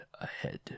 ahead